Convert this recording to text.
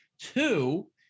two